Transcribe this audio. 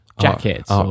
jackets